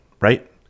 right